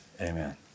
Amen